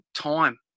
time